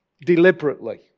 Deliberately